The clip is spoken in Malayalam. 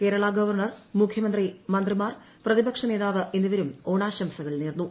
കേരള ഗ്വർണർ ് മുഖ്യമന്ത്രി മന്ത്രിമാർ പ്രതിപക്ഷ നേതാവ് എന്നിവരും ഓണാശ്യസ്കൾ നേർന്നു